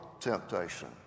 temptation